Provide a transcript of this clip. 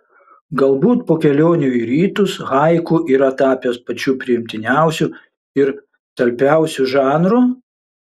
galbūt po kelionių į rytus haiku yra tapęs pačiu priimtiniausiu ir talpiausiu žanru